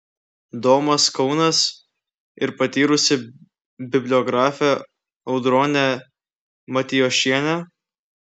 domas kaunas ir patyrusi bibliografė audronė matijošienė